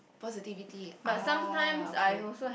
positivity !ah! okay